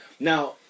Now